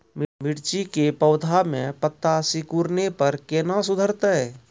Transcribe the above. मिर्ची के पौघा मे पत्ता सिकुड़ने पर कैना सुधरतै?